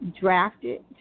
drafted